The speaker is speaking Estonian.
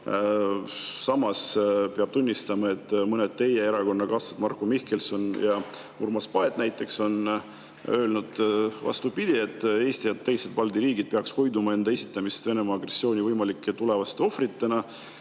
Samas peab tunnistama, et mõned teie erakonnakaaslased, Marko Mihkelson ja Urmas Paet näiteks, on öelnud vastupidist, et Eesti ja teised Balti riigid peaksid hoiduma enda esitamisest Venemaa agressiooni võimalike tulevaste ohvritena.